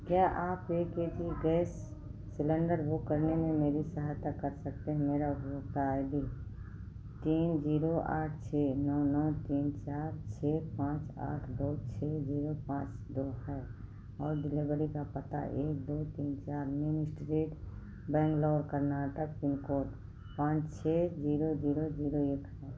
क्या आप के जी गैस सलेंडर बुक करने में मेरी सहायता कर सकते हैं मेरा उपभोक्ता आई डी तीन जीरो आठ छः नौ नौ तीन चार छः पाँच आठ दो छः जीरो पाँच दो है और डिलेवरी का पता एक दो तीन चार main street Bangalore Karnataka pin code पाँच छः जीरो जीरो जीरो एक है